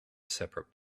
separate